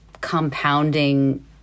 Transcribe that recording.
compounding